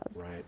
Right